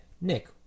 Nick